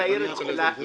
באותה חניה ויפריע.